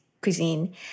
cuisine